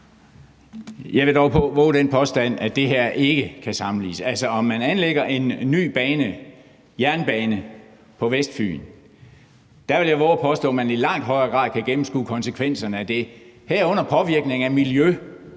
Jeg vil dog vove den påstand, at det her ikke kan sammenlignes. I forhold til hvis man anlægger en ny jernbane på Vestfyn, vil jeg vove at påstå at man i langt højere grad kan gennemskue konsekvenserne af dét, herunder påvirkning af miljø